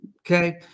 okay